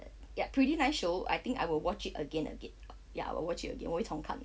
ya pretty nice show I think I will watch again again ya will watch you again 我会重看